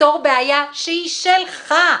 שהיא שלך,